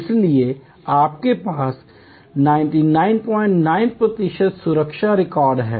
इसलिए आपके पास 9999 प्रतिशत सुरक्षा रिकॉर्ड है